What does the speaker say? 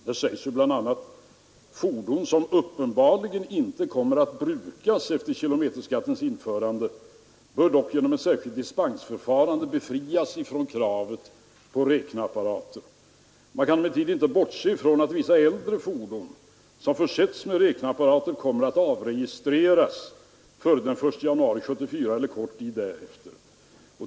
Där sägs bl.a.: ”Fordon som uppenbarligen inte kommer att brukas efter kilometerskattens införande bör dock genom ett särskilt dispensförfarande kunna befrias från kravet på räkneapparatur. Man kan emellertid inte bortse från att vissa äldre fordon som försetts med räkneapparatur kommer att avregistreras före den 1 januari 1974 eller kort tid därefter.